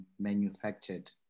manufactured